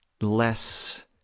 less